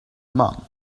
mum